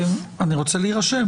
אני רוצה להירשם.